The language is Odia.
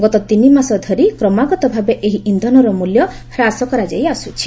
ଗତ ତିନିମାସ ଧରି କ୍ରମାଗତଭାବେ ଏହି ଇନ୍ଧନର ମୂଲ୍ୟ ହ୍ରାସ କରାଯାଇ ଆସୁଛି